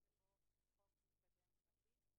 בממוצע יש שניים-שלושה ימים כאלה בשנה במידה שזה לא מצליח.